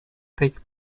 take